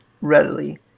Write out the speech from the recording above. readily